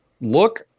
look